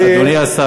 אדוני השר,